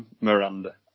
Miranda